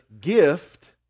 gift